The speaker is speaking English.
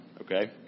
okay